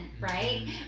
right